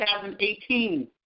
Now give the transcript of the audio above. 2018